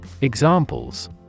Examples